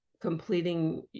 completing